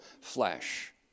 flesh